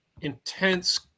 intense